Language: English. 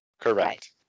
correct